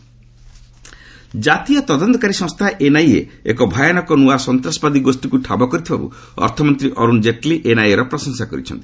Jaitley NIA module ଜାତୀୟ ତଦନ୍ତତାରୀ ସଂସ୍ଥା ଏନ୍ଆଇଏ ଏକ ଭୟାନକ ନୂଆ ସନ୍ତାସବାଦୀ ଗୋଷ୍ଠୀକୁ ଠାବ କରିଥିବାରୁ ଅର୍ଥମନ୍ତ୍ରୀ ଅରୁଣ ଜେଟ୍ଲୀ ଏନ୍ଆଇଏର ପ୍ରଶଂସା କରିଛନ୍ତି